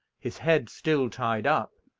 his head still tied up,